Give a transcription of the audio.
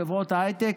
חברות ההייטק.